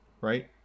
right